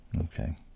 Okay